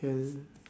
can